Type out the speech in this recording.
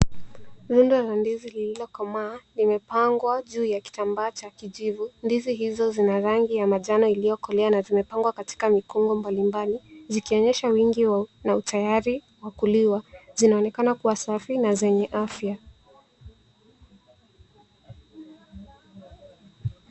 Rundo la ndizi lililokomaa limepangwa juu ya kitambaa cha kijivu. Ndizi hizo zina rangi ya manjano iliokoloea na zimepangwa katika mikungu mbalimbali zikionyesha wingi na utayari wa kuliwa, zinaonekana kuwa safi na zenye afya.